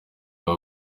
baba